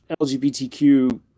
LGBTQ